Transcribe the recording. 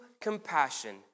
compassion